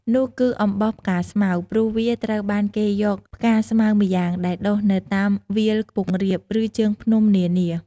នោះគឺអំបោសផ្កាស្មៅ ព្រោះវាត្រូវបានគេយកផ្កាស្មៅម្យ៉ាង ដែលដុះនៅតាមវាលខ្ពង់រាប ឬជើងភ្នំនានា។